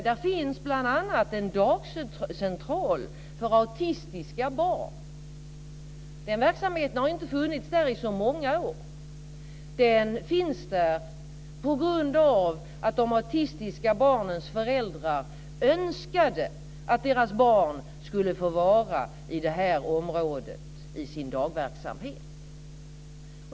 Där finns bl.a. en dagcentral för autistiska barn. Den verksamheten har inte funnits där i så många år. Den finns där på grund av att de autistiska barnens föräldrar önskade att deras barn skulle få vara i det här området i sin dagverksamhet.